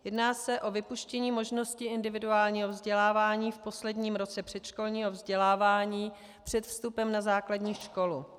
Jedná se o vypuštění možnosti individuálního vzdělávání v posledním roce předškolního vzdělávání před vstupem na základní školu.